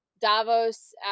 Davos